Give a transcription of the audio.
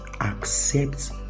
accept